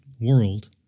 world